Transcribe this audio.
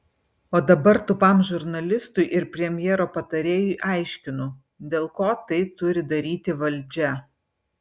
o dabar tūpam žurnalistui ir premjero patarėjui aiškinu dėl ko tai turi daryti valdžia